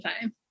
time